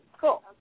cool